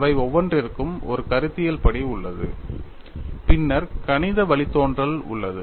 அவை ஒவ்வொன்றிற்கும் ஒரு கருத்தியல் படி உள்ளது பின்னர் கணித வழித்தோன்றல் உள்ளது